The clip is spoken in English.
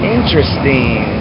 Interesting